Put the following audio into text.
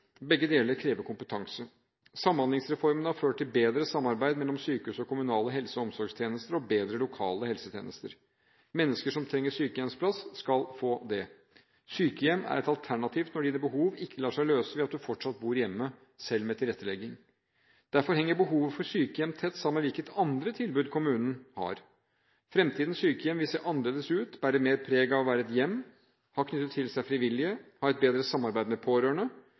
Begge deler krever kompetanse. Samhandlingsreformen har ført til bedre samarbeid mellom sykehus og kommunale helse- og omsorgstjenester og bedre lokale helsetjenester. Mennesker som trenger sykehjemsplass, skal få det. Sykehjem er et alternativ når dine behov ikke lar seg løse ved at du fortsatt bor hjemme, selv med tilrettelegging. Derfor henger behovet for sykehjem tett sammen med hvilke andre tilbud kommunen har. Fremtidens sykehjem vil se annerledes ut, bære mer preg av å være et hjem, ha knyttet til seg frivillige og ha et bedre samarbeid med pårørende.